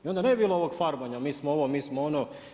I onda ne bi bilo ovog farbanja, mi smo ovo, mi smo ono.